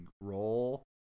role